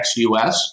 XUS